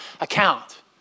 account